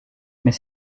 mais